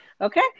Okay